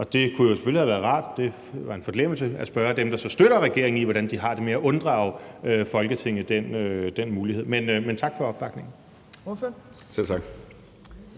Og det kunne jo selvfølgelig have været rart – det var en forglemmelse – at spørge dem, der så støtter regeringen i det, hvordan de har det med at unddrage Folketinget den mulighed. Men tak for opbakningen.